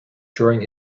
during